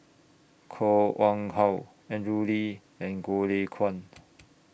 Koh Wang How Andrew Lee and Goh Lay Kuan